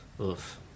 Oof